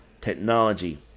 Technology